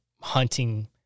hunting